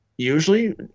Usually